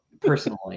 personally